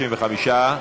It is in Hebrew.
בעד, 35,